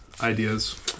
ideas